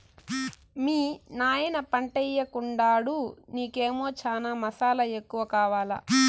మీ నాయన పంటయ్యెకుండాడు నీకేమో చనా మసాలా ఎక్కువ కావాలా